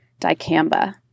dicamba